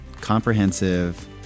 comprehensive